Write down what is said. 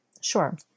Sure